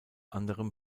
anderem